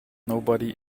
nobody